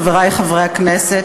חברי חברי הכנסת,